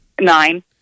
Nine